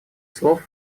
слов